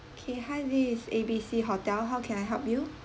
okay hi this is A B C hotel how can I help you